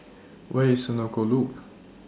Where IS Senoko Loop